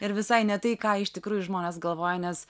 ir visai ne tai ką iš tikrųjų žmonės galvoja nes